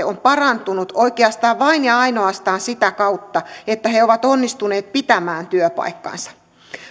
on parantunut oikeastaan vain ja ainoastaan sitä kautta että he ovat onnistuneet pitämään työpaikkansa